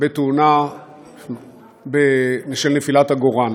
בתאונה בשל נפילת עגורן.